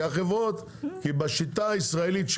בשיטה הישראלית,